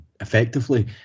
effectively